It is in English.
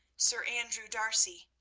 sir andrew d'arcy,